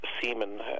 semen